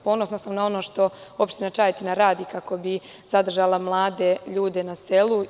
Ponosna sam na ono što opština Čajetina radi kako bi zadržala mlade ljude na selu.